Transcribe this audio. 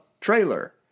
trailer